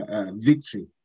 victory